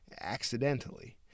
accidentally